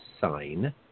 sign